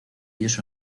ellos